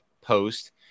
post